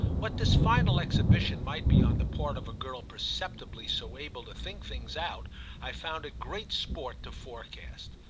what this final exhibition might be on the part of a girl perceptibly so able to think things out i found it great sport to forecast.